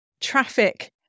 traffic